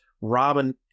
Robin